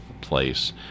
place